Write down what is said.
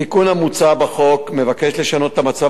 התיקון המוצע בחוק מבקש לשנות את המצב